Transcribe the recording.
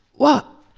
what?